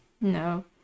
no